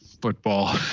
football